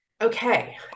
Okay